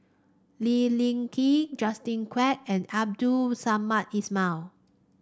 Lee Ling Yen Justin Quek and Abdul Samad Ismail